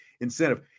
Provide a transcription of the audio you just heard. incentive